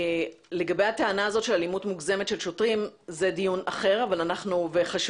לגבי הטענה הזאת של אלימות מוגזמת של שוטרים זה דיון אחר וחשוב,